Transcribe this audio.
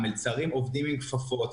המלצרים מסתובבים עם כפפות,